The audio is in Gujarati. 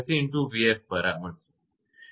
𝑣𝑓 બરાબર છે